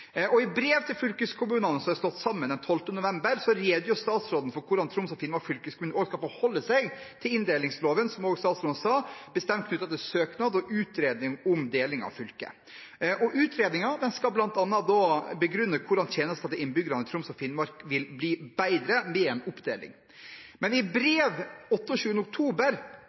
I brev til fylkeskommunene som er slått sammen, den 12. november, redegjør statsråden for hvordan Troms og Finnmark fylkeskommune skal forholde seg til inndelingsloven, som også statsråden sa, nærmere bestemt knyttet til søknad og utredning om deling av fylket. Utredningen skal bl.a. begrunne hvordan tjenester til innbyggerne i Troms og Finnmark vil bli bedre ved en oppdeling. Men i brev den 28. oktober